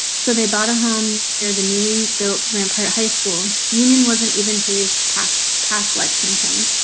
so they bought a home where the newly built rampart high school union wasn't even paved. packs passed lexington,